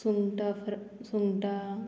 सुंगटां फ्रा सुंगटां